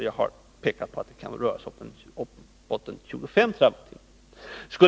Jag har pekat på att det kan röra sig om bortåt 25 TWh.